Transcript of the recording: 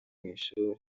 ishuri